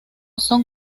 son